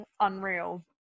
unreal